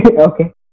okay